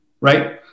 right